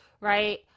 right